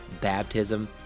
baptism